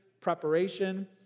preparation